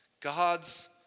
God's